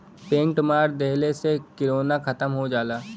paint मार देहले से किरौना खतम हो जाला